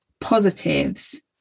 positives